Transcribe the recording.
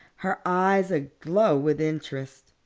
her eyes aglow with interest.